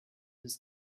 his